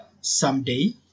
someday